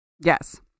yes